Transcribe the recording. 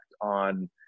on